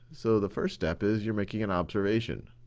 so, the first step is you're making an observation.